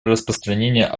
распространения